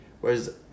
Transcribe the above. Whereas